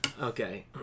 Okay